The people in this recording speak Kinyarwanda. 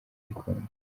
gikondo